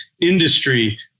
industry